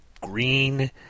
green